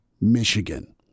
Michigan